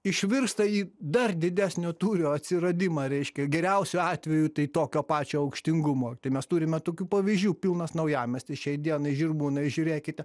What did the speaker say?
išvirsta į dar didesnio tūrio atsiradimą reiškia geriausiu atveju tai tokio pačio aukštingumo mes turime tokių pavyzdžių pilnas naujamiestis šiai dienai žirmūnai žiūrėkit